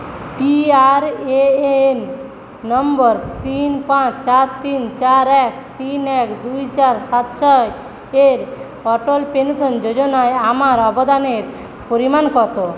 P R A N নম্বর তিন পাঁচ চার তিন চার এক তিন এক দুই চার সাত ছয় এর অটল পেনশন যোজনায় আমার অবদানের পরিমাণ কত